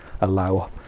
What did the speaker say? allow